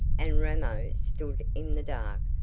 and ramo stood in the dark,